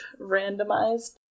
randomized